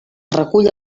recull